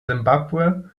simbabwe